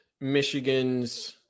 Michigan's